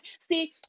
See